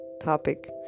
topic